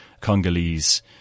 Congolese